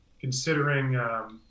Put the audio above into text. considering